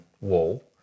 wall